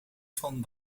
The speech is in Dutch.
van